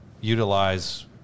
utilize